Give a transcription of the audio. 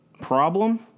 Problem